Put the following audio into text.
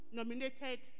nominated